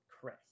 Chris